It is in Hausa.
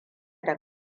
da